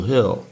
Hill